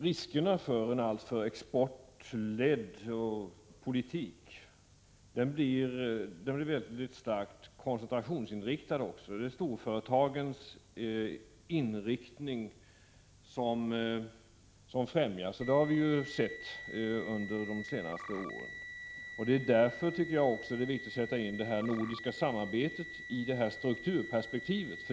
Risken med en alltför exportledd politik är att den blir mycket starkt koncentrationsinriktad. Det är storföretagens inriktning som främjas. Det har vi sett under de senaste åren. Det är därför jag också tycker att det är viktigt att sätta in det nordiska samarbetet i detta strukturperspektiv.